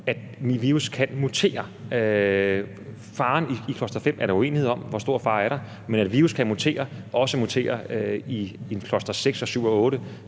at virus kan mutere. Faren ved cluster-5 er der uenighed om – hvor stor fare er der? – men at virus kan mutere og også muterer i en cluster-6- og 7- og